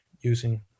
using